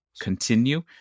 continue